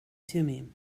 thummim